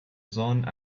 zones